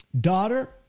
daughter